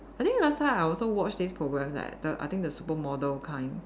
I think last time I also watch this progams leh the I think the supermodel kind